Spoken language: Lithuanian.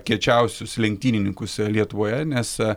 kiečiausius lenktynininkus lietuvoje nes